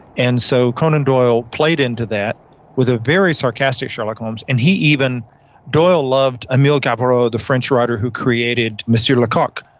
and so conan doyle played into that with a very sarcastic sherlock holmes and he even doyle loved emil chaparro, the french writer who created mr. laycock,